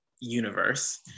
universe